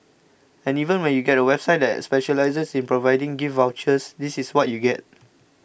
and even when you get a website that specialises in providing gift vouchers this is what you get